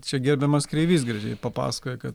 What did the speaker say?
čia gerbiamas kreivys gražiai papasakojo kad